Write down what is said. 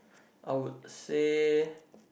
I would said